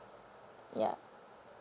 ya